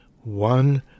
one